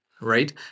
right